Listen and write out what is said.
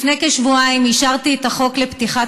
לפני כשבועיים אישרתי את החוק לפתיחת